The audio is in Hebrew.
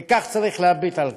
וכך צריך להביט על כך.